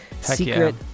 secret